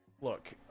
look